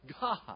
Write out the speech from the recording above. God